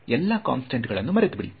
ಎಲ್ಲಾ ಕಾನ್ಸ್ಟೆಂಟ್ ಗಳನ್ನು ಮರೆತುಬಿಡಿ